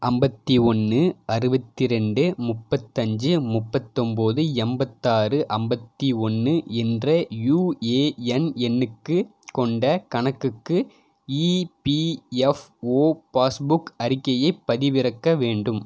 ஐம்பத்தி ஒன்று அறுபத்தி ரெண்டு முப்பத்தஞ்சு முப்பத்தொன்போது எண்பத்தாறு ஐம்பத்தி ஒன்று என்ற யுஏஎன் எண்ணுக்கு கொண்ட கணக்குக்கு இபிஎஃப்ஓ பாஸ்புக் அறிக்கையை பதிவிறக்க வேண்டும்